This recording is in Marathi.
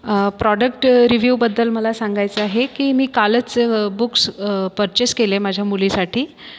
प्रॉडक्ट रीव्यूबद्दल मला सांगायचं आहे की मी कालच बुक्स पर्चेस केले माझ्या मुलीसाठी